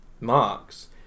Marx